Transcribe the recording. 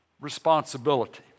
responsibility